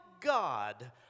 God